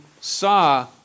saw